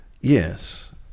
yes